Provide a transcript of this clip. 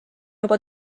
juba